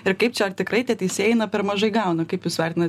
ir kaip čia ar tikrai tie teisėjai na per mažai gauna kaip jūs vertina